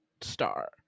star